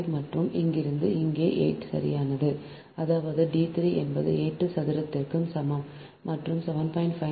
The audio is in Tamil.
5 மற்றும் இங்கிருந்து இங்கே 8 சரியானது அதாவது d 3 என்பது 8 சதுரத்திற்குச் சமம் மற்றும் 7